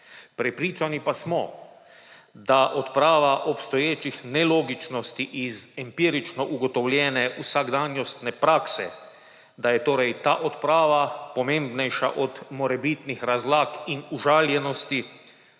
Prepričani pa smo, da odprava obstoječih nelogičnosti iz empirično ugotovljene vsakdanjostne prakse, da je torej ta odprava pomembnejša od morebitnih razlag in užaljenosti